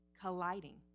colliding